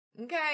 Okay